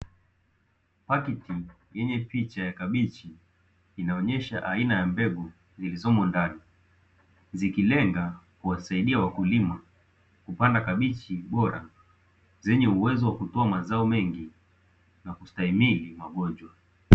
Pakiti yenye picha ya kabichi, inaonyesha aina ya mbegu zilizomo ndani. zikilenga kuwasaidia wakulima kupanda kabichi bora zenye uwezo wa kutoa mazao mengi na kustahimili magonjwa.